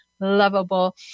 Lovable